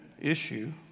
issue